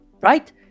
right